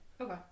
Okay